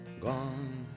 Gone